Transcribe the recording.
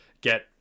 get